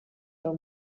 del